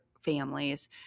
families